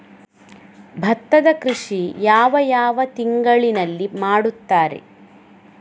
ಭತ್ತದ ಕೃಷಿ ಯಾವ ಯಾವ ತಿಂಗಳಿನಲ್ಲಿ ಮಾಡುತ್ತಾರೆ?